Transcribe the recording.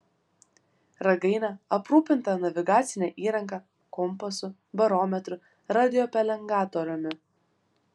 ragainė aprūpinta navigacine įranga kompasu barometru radiopelengatoriumi